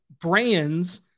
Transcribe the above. brands